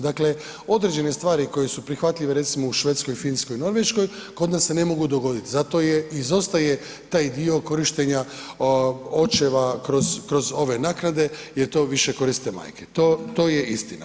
Dakle, određene stvari koje su prihvatljive recimo u Švedskoj, Finskoj i Norveškoj kod nas se ne mogu dogodit, zato je, izostaje taj dio korištenja očeva kroz, kroz ove naknade jer to više koriste majke, to, to je istina.